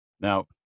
Now